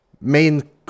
main